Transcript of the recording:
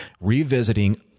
revisiting